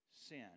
sin